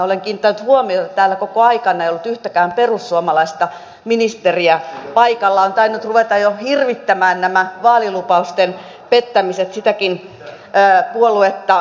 olen kiinnittänyt huomiota että täällä koko aikana ei ole ollut yhtäkään perussuomalaista ministeriä paikalla ovat tainneet ruveta jo hirvittämään nämä vaalilupausten pettämiset sitäkin puoluetta